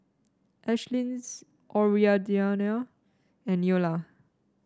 Ashlyn's Audriana and Neola